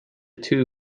two